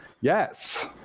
yes